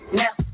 now